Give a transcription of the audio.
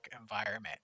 environment